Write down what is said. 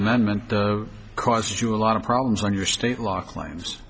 amendment cost you a lot of problems when your state law claims